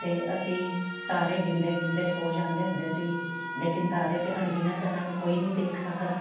ਅਤੇ ਅਸੀਂ ਤਾਰੇ ਗਿਣਦੇ ਗਿਣਦੇ ਸੌ ਜਾਂਦੇ ਹੁੰਦੇ ਸੀ ਲੇਕਿਨ ਤਾਰੇ ਤਾਂ ਅਣਗਿਣਤ ਉਹਨਾਂ ਨੂੰ ਕੋਈ ਨਹੀਂ ਦੇਖ ਸਕਦਾ